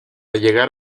llegar